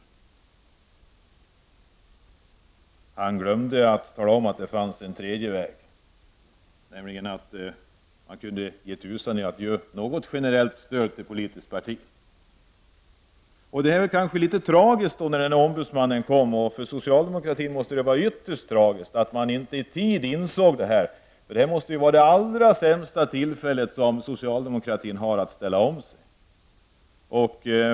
Ombudsmannen glömde dock att tala om att det fanns en tredje väg, nämligen att låta bli att ge något generellt stöd till politiskt parti. Det måste vara tragiskt för både ombudsmannen och särskilt för socialdemokraterna att inte i tid ha insett detta. Det här måste vara det allra sämsta tillfället för socialdemokraterna att ställa om sig.